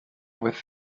with